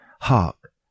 Hark